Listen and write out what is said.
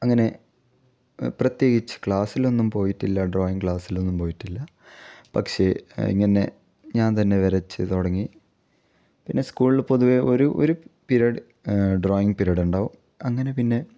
അങ്ങനെ പ്രത്യേകിച്ച് ക്ലാസിലൊന്നും പോയിട്ടില്ല ഡ്രോയിങ് ക്ലാസിലൊന്നും പോയിട്ടില്ല പക്ഷേ ഇങ്ങനെ ഞാൻ തന്നെ വരച്ച് തുടങ്ങി പിന്നെ സ്കൂളിൽ പൊതുവെ ഒരു ഒരു പിരീഡ് ഡ്രോയിങ് പിരീഡുണ്ടാകും അങ്ങനെ പിന്നെ